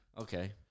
Okay